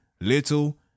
little